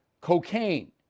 Cocaine